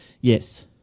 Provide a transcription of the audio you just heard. Yes